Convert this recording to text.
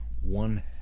one